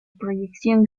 proyección